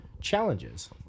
challenges